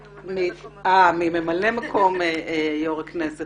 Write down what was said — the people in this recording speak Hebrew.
אני אוהבת לבוא לכנסת